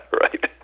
right